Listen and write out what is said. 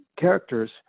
characters